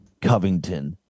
Covington